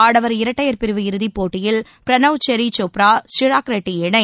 ஆடவர் இரட்டையர் பிரிவு இறுதிப்போட்டியில் பிரனவ் ஜெர்ரி சோப்ரா சிராக் ஷெட்டி இணை